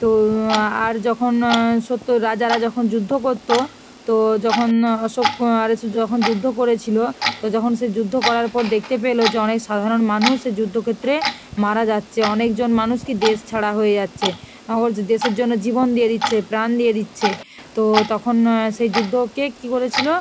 তো আর যখন সত্য রাজারা যখন যুদ্ধ করতো তো যখন অশোক আর এসে যখন যুদ্ধ করেছিলো তো যখন সে যুদ্ধ করার পর দেখতে পেলো যে অনেক সাধারণ মানুষ এই যুদ্ধক্ষেত্রে মারা যাচ্ছে অনেকজন মানুষ কি দেশ ছাড়া হয়ে যাচ্ছে নগর যে দেশের জন্য জীবন দিয়ে দিচ্ছে প্রাণ দিয়ে দিচ্ছে তো তখন সে যুদ্ধকে কী করেছিলো